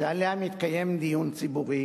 שעליה מתקיים דיון ציבורי